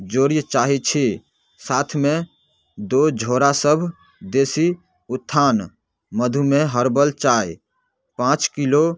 जोड़ै चाहैत छी साथमे दू झोरा सभ देशी ऊत्थान मधुमेह हर्बल चाय पाँच किलो